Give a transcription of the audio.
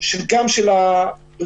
גם של הבריאים,